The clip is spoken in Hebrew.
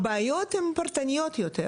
הבעיות הן פרטניות יותר.